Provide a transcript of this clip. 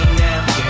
now